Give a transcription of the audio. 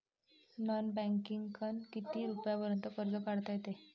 Non बँकिंगनं किती रुपयापर्यंत कर्ज काढता येते?